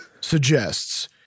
suggests